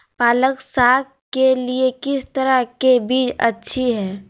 पालक साग के लिए किस तरह के बीज अच्छी है?